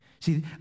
See